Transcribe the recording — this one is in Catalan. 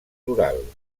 rural